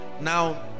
now